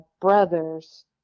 brothers